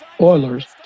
Oilers